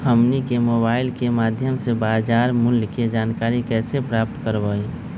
हमनी के मोबाइल के माध्यम से बाजार मूल्य के जानकारी कैसे प्राप्त करवाई?